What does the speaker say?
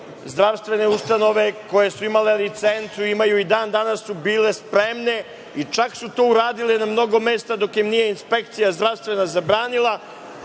zdravstvene ustanove koje su imale licencu, a i imaju i dan danas, bile spremne i čak su to uradile na mnogo mesta dok im nije zdravstvena inspekcija